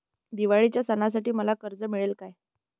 दिवाळीच्या सणासाठी मला कर्ज मिळेल काय?